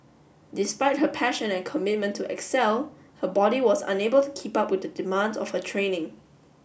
despite her passion and commitment to excel her body was unable to keep up with the demands of her training